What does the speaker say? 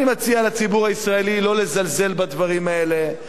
אני מציע לציבור הישראלי לא לזלזל בדברים האלה,